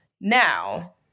Now